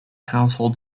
household